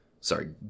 sorry